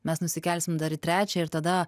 mes nusikelsim dar į trečią ir tada